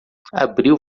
abril